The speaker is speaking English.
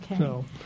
Okay